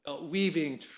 weaving